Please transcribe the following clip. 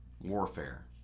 warfare